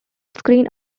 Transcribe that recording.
screen